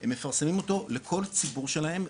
הם מפרסמים אותו לכל הציבור שלהם,